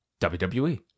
WWE